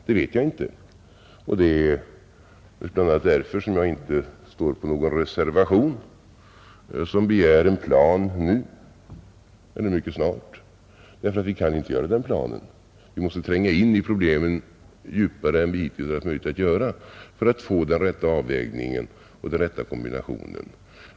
Det är bl.a. därför som jag inte står bakom någon reservation som begär en plan nu eller mycket snart. Vi kan inte göra den planen. Vi måste tränga in i problemen djupare än vi hittills haft möjlighet att göra för att få den rätta avvägningen och den rätta kombinationen.